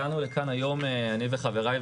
הגענו לכאן היום אני וחבריי,